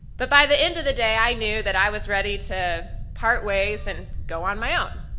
but by the end of the day i knew that i was ready to part ways and go on my own.